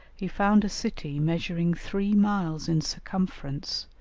he found a city measuring three miles in circumference,